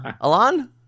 Alon